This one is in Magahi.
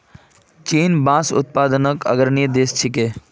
चीन बांस उत्पादनत अग्रणी देश छिके